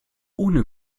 ohne